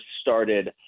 started